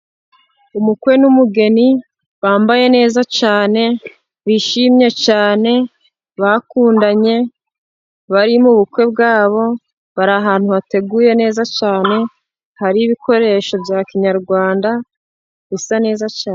Umukwe n'umugeni bambaye neza cyane, bishimye cyane bakundanye bari mu bukwe bwabo, bari ahantu hateguyewe neza cyane, hari ibikoresho bya kinyarwanda bisa neza cyane.